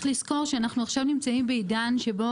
אני אשמח להתייחס בעיקר לבנק ישראל לכל